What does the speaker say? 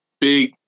big